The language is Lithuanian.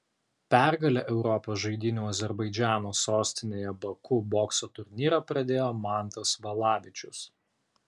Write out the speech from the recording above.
pergale europos žaidynių azerbaidžano sostinėje baku bokso turnyrą pradėjo mantas valavičius